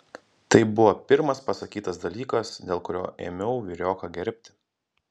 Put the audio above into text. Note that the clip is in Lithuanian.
tai buvo pirmas pasakytas dalykas dėl kurio ėmiau vyrioką gerbti